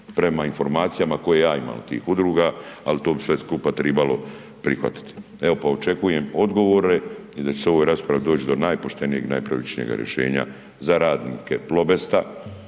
prema informacijama koje ja imam od tih udruga, ali to bi sve skupa tribalo prihvatiti. Evo pa očekujem odgovore i da će se o ovoj raspravi doći do najpoštenijeg i najpravičnijeg rješenja za radnike „Plobesta“